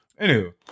Anywho